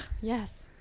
Yes